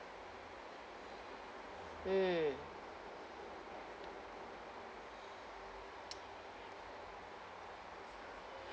mm